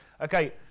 okay